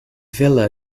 villa